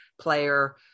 player